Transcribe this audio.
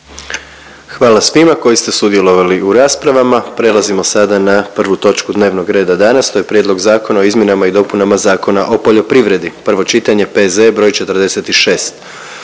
Hvala svima koji ste sudjelovali u raspravama, prelazimo sada na prvu točku dnevnog reda danas, to je: - Prijedlog zakona o izmjenama i dopunama Zakona o poljoprivredi, prvo čitanje, P.Z.E. br. 46.